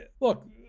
look